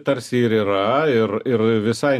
tarsi ir yra ir ir visai